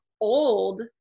old